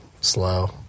slow